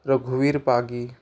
रघुवीर पागी